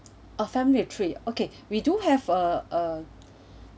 a family trip okay we do have a uh